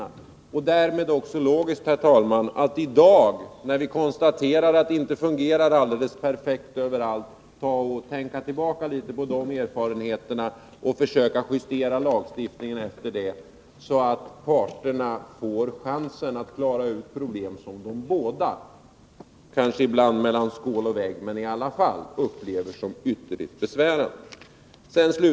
Därför är det också logiskt, herr talman, att i dag, när vi konstaterar att lagstiftningen inte fungerar alldeles perfekt, tänka tillbaka på vunna erfarenheter och försöka justera lagstiftningen i enlighet härmed. Det ger parterna chansen att klara ut problem som de upplever som ytterligt besvärande.